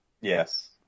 Yes